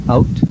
Out